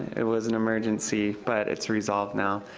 it was an emergency, but it's resolved now.